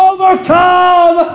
Overcome